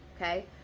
okay